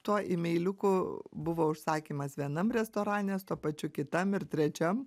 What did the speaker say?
tuo imeiliuku buvo užsakymas vienam restorane su tuo pačiu kitam ir trečiam